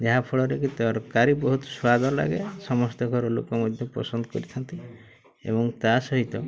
ଯାହାଫଳରେ କି ତରକାରୀ ବହୁତ ସ୍ୱାଦ ଲାଗେ ସମସ୍ତେ ଘର ଲୋକ ମଧ୍ୟ ପସନ୍ଦ କରିଥାନ୍ତି ଏବଂ ତା ସହିତ